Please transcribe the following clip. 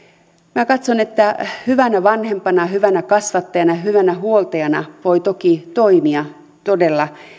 minä katson että hyvänä vanhempana hyvänä kasvattajana hyvänä huoltajana voi toki toimia todella